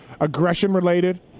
aggression-related